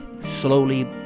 slowly